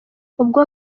ubwo